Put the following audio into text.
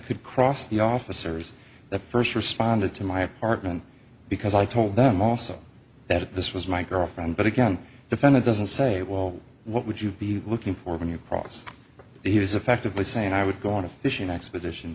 could cross the officers that first responded to my apartment because i told them also that this was my girlfriend but again defendant doesn't say well what would you be looking for when you promised he was effectively saying i would go on a fishing expedition